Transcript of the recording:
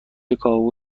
کاهو